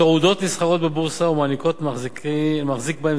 התעודות נסחרות בבורסה ומעניקות למחזיק בהן